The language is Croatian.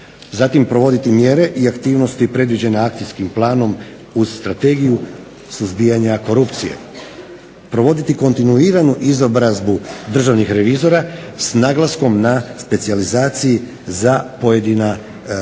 Zatim, provoditi mjere i aktivnosti predviđene Akcijskim planom uz Strategiju suzbijanja korupcije, provoditi kontinuiranu izobrazbu državnih revizora s naglaskom na specijalizaciji za pojedina područja